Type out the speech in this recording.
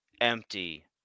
empty